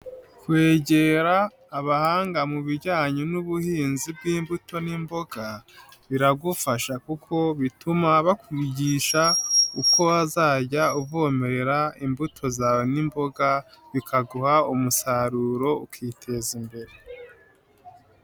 Kwegera abahanga mu bijyanye n'ubuhinzi bw'imbuto n'imboga biragufasha kuko bituma bakwigisha uko wazajya uvomere imbuto zawe n'imboga bikaguha umusaruro ukiteza imbere.